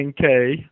10K